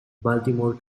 baltimore